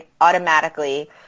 automatically